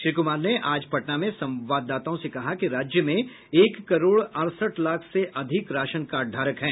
श्री कुमार ने आज पटना में संवाददाताओं से कहा कि राज्य में एक करोड़ अड़सठ लाख से अधिक राशन कार्डधारक हैं